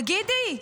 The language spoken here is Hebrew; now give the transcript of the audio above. תגידי,